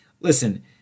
Listen